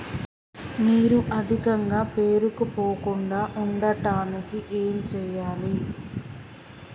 నీరు అధికంగా పేరుకుపోకుండా ఉండటానికి ఏం చేయాలి?